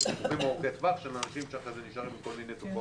כי יש סיבוכים ארוכי טווח של אנשים שאחרי זה נשארים עם כל מיני תופעות.